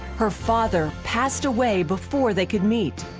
her father passed away before they could meet,